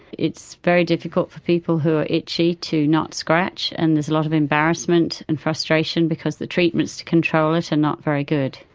it's very difficult for people who are itchy to not scratch, and there's a lot of embarrassment and frustration because the treatments to control it are not very good.